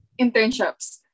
internships